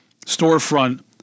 storefront